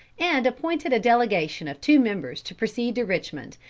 and appointed a delegation of two members to proceed to richmond,